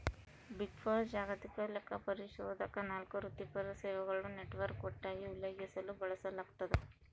big four ಜಾಗತಿಕ ಲೆಕ್ಕಪರಿಶೋಧಕ ನಾಲ್ಕು ವೃತ್ತಿಪರ ಸೇವೆಗಳ ನೆಟ್ವರ್ಕ್ ಒಟ್ಟಾಗಿ ಉಲ್ಲೇಖಿಸಲು ಬಳಸಲಾಗ್ತದ